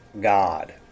God